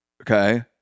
okay